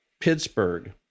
Pittsburgh